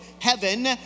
heaven